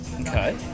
Okay